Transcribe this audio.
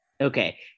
okay